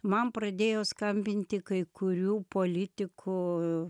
man pradėjo skambinti kai kurių politikų